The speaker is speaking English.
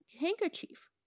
handkerchief